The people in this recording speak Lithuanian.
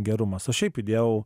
gerumas aš šiaip įdėjau